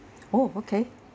oh okay